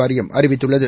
வாரியம் அறிவித்துள்ளது